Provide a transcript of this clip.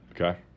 Okay